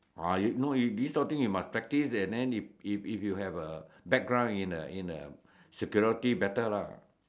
oh no you think kind of thing you must practice and then if if if you have a background in a in a security better lah